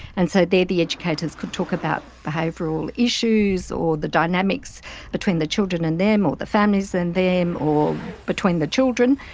and so there the educators could talk about behavioural issues or the dynamics between the children and them or the families and them or between the children.